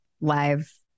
live